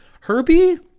Herbie